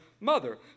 mother